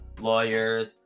lawyers